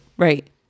Right